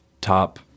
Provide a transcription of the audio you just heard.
top